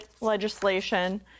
legislation